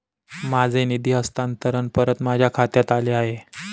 माझे निधी हस्तांतरण परत माझ्या खात्यात आले आहे